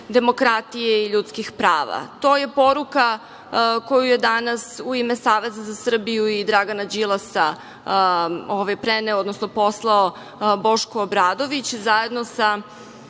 demokratije i ljudskih prava. To je poruka koju je danas u ime Saveza za Srbiju i Dragana Đilasa preneo, odnosno poslao Boško Obradović, zajedno sa